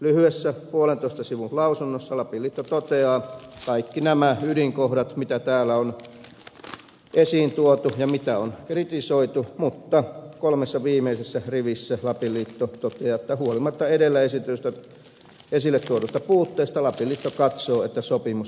lyhyessä puolentoista sivun lausunnossa lapin liitto toteaa kaikki nämä ydinkohdat mitä täällä on esiin tuotu ja kritisoitu mutta kolmella viimeisellä rivillä lapin liitto toteaa että huolimatta edellä esitetyistä esille tuoduista puutteista lapin liitto katsoo että sopimus voidaan hyväksyä